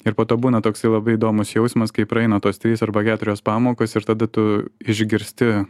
ir po to būna toks labai įdomus jausmas kai praeina tos trys arba keturios pamokos ir tada tu išgirsti